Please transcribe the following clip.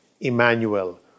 Emmanuel